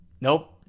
Nope